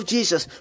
Jesus